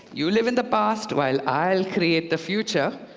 you live in the past while i'll create the future,